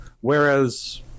whereas